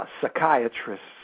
psychiatrists